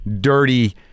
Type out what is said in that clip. dirty